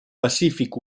pacífic